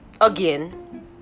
again